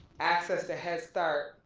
access to headstart,